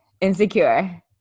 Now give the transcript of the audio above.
Insecure